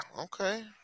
okay